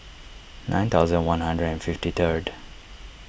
nine thousand one hundred and fifty third